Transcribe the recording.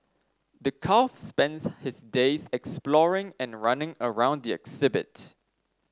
the calf spends his days exploring and running around the exhibit